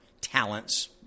talents